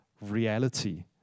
reality